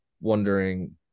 wondering